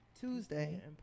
Tuesday